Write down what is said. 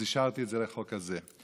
אז השארתי את זה לחוק הזה.